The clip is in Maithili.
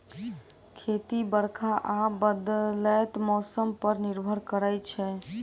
खेती बरखा आ बदलैत मौसम पर निर्भर करै छै